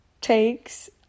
takes